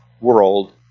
world